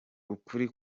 ukuri